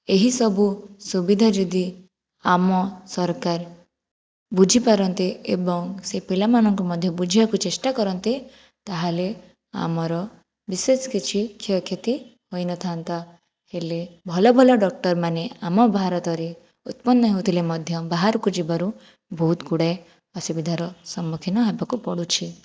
ଏହିସବୁ ସୁବିଧା ଯଦି ଆମ ସରକାର ବୁଝିପାରନ୍ତେ ଏବଂ ସେ ପିଲାମାନଙ୍କୁ ମଧ୍ୟ ବୁଝାଇବାକୁ ଚେଷ୍ଟା କରନ୍ତେ ତା'ହେଲେ ଆମର ବିଶେଷ କିଛି କ୍ଷୟକ୍ଷତି ହୋଇନଥାନ୍ତା ହେଲେ ଭଲ ଭଲ ଡକ୍ଟରମାନେ ଆମ ଭାରତରେ ଉତ୍ପନ୍ନ ହେଉଥିଲେ ମଧ୍ୟ ବାହାରକୁ ଯିବାରୁ ବହୁତ ଗୁଡ଼ାଏ ଅସୁବିଧାର ସମ୍ମୁଖୀନ ହେବାକୁ ପଡ଼ୁଛି